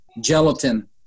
gelatin